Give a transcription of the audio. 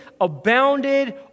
abounded